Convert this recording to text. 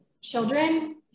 children